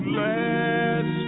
last